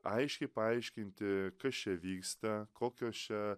aiškiai paaiškinti kas čia vyksta kokios čia